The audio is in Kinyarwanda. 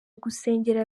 gusengera